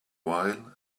while